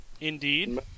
indeed